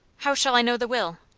how shall i know the will?